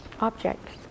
objects